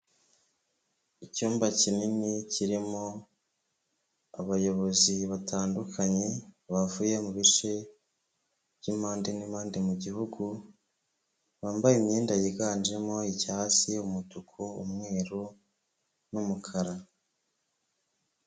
Icyumba kinini kirimo abayobozi batandukanye bavuye mu bice by'impande n'impande mu gihugu, bambaye imyenda yiganjemo icyasi, umutuku, umweru n'umukara.